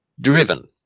driven